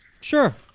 Sure